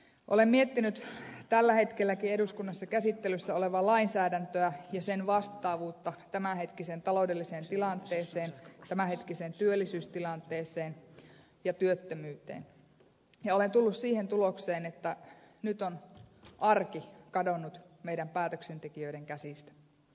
olen miettinyt tällä hetkelläkin eduskunnassa käsittelyssä olevaa lainsäädäntöä ja sen vastaavuutta tämänhetkiseen taloudelliseen tilanteeseen tämänhetkiseen työllisyystilanteeseen ja työttömyyteen ja olen tullut siihen tulokseen että nyt on arki kadonnut meidän päätöksentekijöiden käsistä